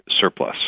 surplus